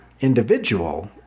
individual